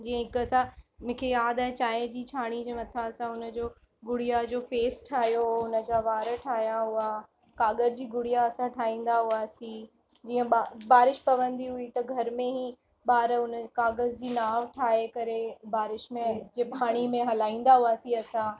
जीअं ई मूंखे यादि आहे चांहि जी छाणी जे मथां असां हुन जो गुड़िया जो फेस ठाहियो उन जा वार ठाहिया हुआ काॻर जी गुड़िया असां ठाहींदा हुआसीं जीअं बा बारिश पवंदी हुई त घर में ई ॿार उन कागज़ जी नांव ठाहे करे बारिश में जे पाणी में हलाईंदा हुआसीं असां